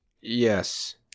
yes